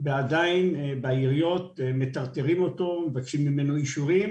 ועדיין בעיריות מטרטרים אותו ומבקשים ממנו אישורים,